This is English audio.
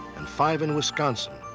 and five in wisconsin.